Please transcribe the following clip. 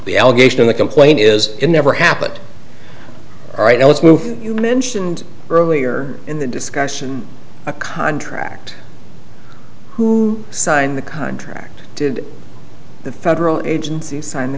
the allegation in the complaint is in never happened right now let's move you mentioned earlier in the discussion a contract who signed the contract did the federal agency signed the